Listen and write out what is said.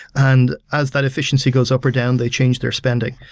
and as that efficiency goes up or down, they change their spending.